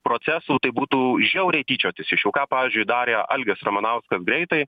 procesų tai būtų žiauriai tyčiotis iš jų ką pavyzdžiui darė algis ramanauskas greitai